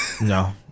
No